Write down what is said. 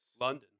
London